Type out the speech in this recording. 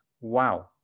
Wow